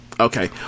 Okay